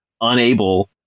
unable